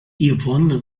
yvonne